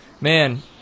man